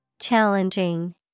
Challenging